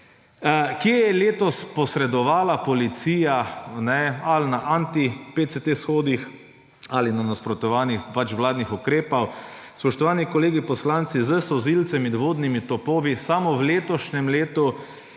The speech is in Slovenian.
Kje je letos posredovala policija: ali na anti-PCT shodih ali na nasprotovanjih vladnih ukrepov? Spoštovani kolegi poslanci, s solzivcem in vodnimi topovi je samo v letošnjem letu